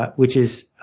ah which is